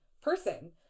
person